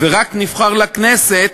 ונבחר לכנסת.